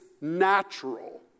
natural